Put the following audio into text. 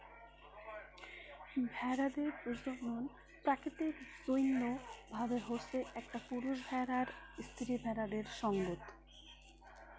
ভেড়াদের প্রজনন প্রাকৃতিক জইন্য ভাবে হসে একটা পুরুষ ভেড়ার স্ত্রী ভেড়াদের সঙ্গত